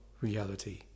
reality